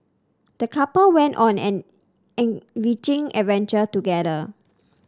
the couple went on an enriching adventure together